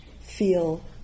feel